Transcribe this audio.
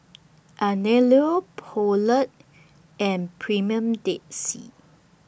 Anello Poulet and Premier Dead Sea